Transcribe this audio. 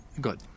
Good